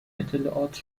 اطلاعات